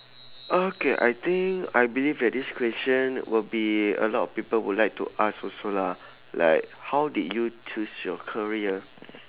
okay I think I believe that this question will be a lot of people would like to ask also lah like how did you choose your career